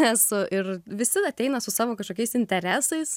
esu ir visi ateina su savo kažkokiais interesais